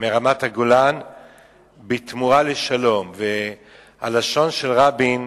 מרמת-הגולן בתמורה לשלום, ובלשון של רבין,